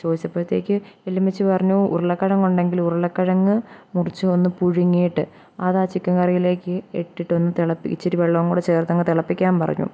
ചോദിച്ചപ്പോഴത്തേക്ക് വലിയമ്മച്ചി പറഞ്ഞു ഉരുളക്കിഴങ്ങ് ഉണ്ടെങ്കിൽ ഉരുളക്കിഴങ്ങ് മുറിച്ച് ഒന്ന് പുഴുങ്ങിയിട്ട് അതാ ചിക്കൻ കറിയിലേക്ക് ഇട്ടിട്ട് ഒന്നു തെളപ്പി ഇച്ചിരി വെള്ളവും കൂടി ചേർത്തങ്ങ് തിളപ്പിക്കാൻ പറഞ്ഞു